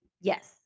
yes